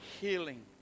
healing